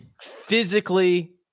physically